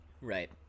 Right